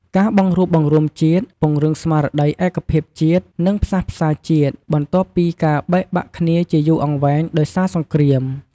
ការបង្រួបបង្រួមជាតិ ពង្រឹងស្មារតីឯកភាពជាតិ និងផ្សះផ្សាជាតិ បន្ទាប់ពីការបែកបាក់គ្នាជាយូរអង្វែងដោយសារសង្គ្រាម។